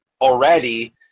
already